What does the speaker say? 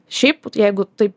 šiaip jeigu taip